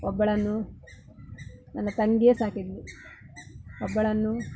ಒಬ್ಬಳನ್ನು ನನ್ನ ತಂಗಿಯೇ ಸಾಕಿದ್ದಳು ಒಬ್ಬಳನ್ನು